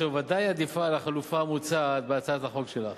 אשר בוודאי עדיפה על החלופה המוצעת בהצעת החוק שלך.